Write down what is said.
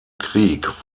krieg